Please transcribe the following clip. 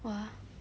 !wah!